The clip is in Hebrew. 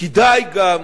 כדאי גם,